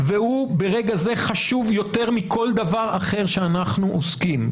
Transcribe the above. וברגע זה הוא חשוב יותר מכל דבר אחר שאנחנו עוסקים בו.